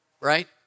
right